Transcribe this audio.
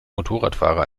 motorradfahrer